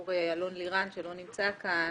ד"ר אלון לירן שלא נמצא כאן